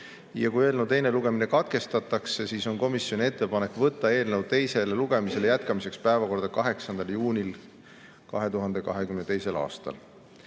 Ja kui eelnõu teine lugemine katkestatakse, siis on komisjoni ettepanek võtta eelnõu teise lugemise jätkamiseks päevakorda 8. juunil 2022. aastal.